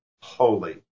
holy